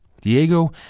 Diego